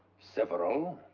several?